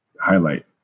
highlight